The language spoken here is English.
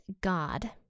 God